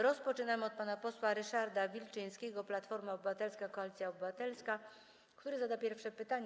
Rozpoczynamy od pana posła Ryszarda Wilczyńskiego, Platforma Obywatelska - Koalicja Obywatelska, który zada pierwsze pytanie.